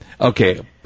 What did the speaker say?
Okay